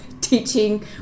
teaching